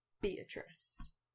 Beatrice